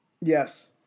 Yes